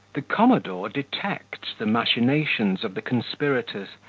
the commodore detects the machinations of the conspirators,